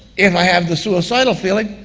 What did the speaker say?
if i have the suicidal feeling,